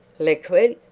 liquid!